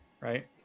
right